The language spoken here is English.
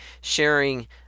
sharing